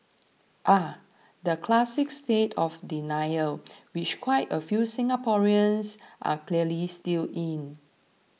the classic state of denial which quite a few Singaporeans are clearly still in